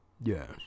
Yes